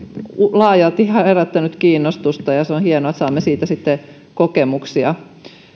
laajalti herättänyt kiinnostusta ja se on hienoa että saamme siitä kokemuksia